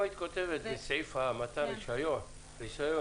אם היית כותבת בסעיף מתן הרישיון שהרישיון